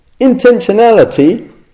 intentionality